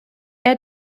air